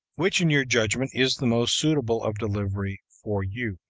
which in your judgment is the most suitable of delivery for you